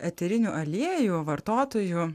eterinių aliejų vartotojų